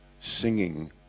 singing